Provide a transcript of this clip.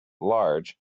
large